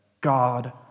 God